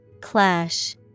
Clash